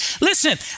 Listen